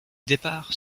départs